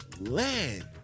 land